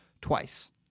twice